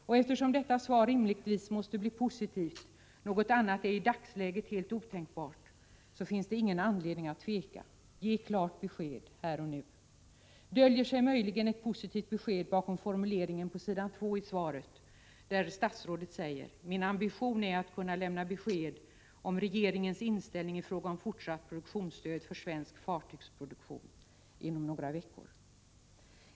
Och eftersom detta svar rimligtvis måste bli positivt — något annat är i dagsläget helt otänkbart — finns det ingen anledning att tveka. Ge klart besked här och nu! Döljer sig möjligen ett positivt besked bakom följande formulering i svaret: ”Min ambition är att kunna lämna besked om regeringens inställning i fråga om fortsatt produktionsstöd för svensk fartygsproduktion inom några veckor”?